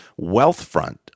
Wealthfront